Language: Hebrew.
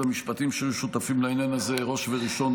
המשפטים שהיו שותפים לעניין הזה: ראש וראשון,